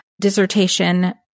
Dissertation